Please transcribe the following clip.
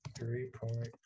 Three-point